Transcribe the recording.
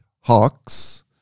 Hawks